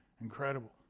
incredible